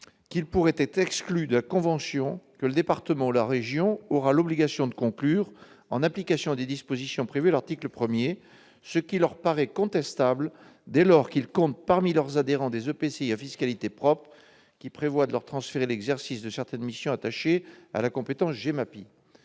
qu'ils pourraient être exclus de la convention que le département ou la région aura l'obligation de conclure, en application des dispositions prévues à cet article 1. Cette exclusion leur paraît contestable dès lors qu'ils comptent parmi leurs adhérents des EPCI à fiscalité propre prévoyant déjà de leur transférer l'exercice de certaines missions attachées à la compétence GEMAPI.